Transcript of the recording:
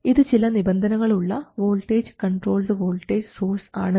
ഇത് ചില നിബന്ധനകൾ ഉള്ള വോൾട്ടേജ് കൺട്രോൾഡ് വോൾട്ടേജ് സോഴ്സ് ആണ്